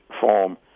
form